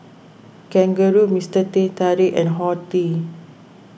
Kangaroo Mister Teh Tarik and Horti